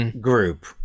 group